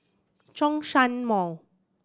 Zhongshan Mall